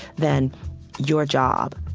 then your job,